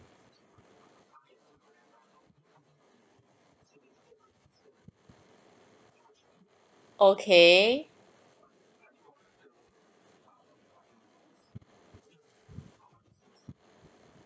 okay